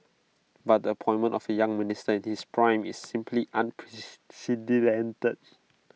but the appointment of A young minister in his prime is simply